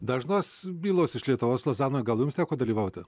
dažnos bylos iš lietuvos lozanoje gal jums teko dalyvauti